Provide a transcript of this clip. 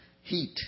heat